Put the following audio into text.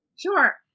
Sure